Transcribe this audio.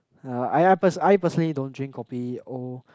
uh I ya person I personally don't drink kopi o